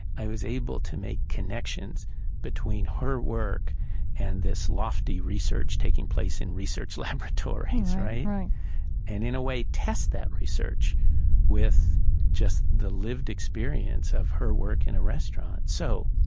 i was able to make connections between her work and this lofty research taking place in research laboratories, right? right and in a way test that research with the lived experience of her work in a restaurant. so,